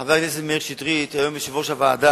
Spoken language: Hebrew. חבר הכנסת מאיר שטרית, היום יושב-ראש הוועדה,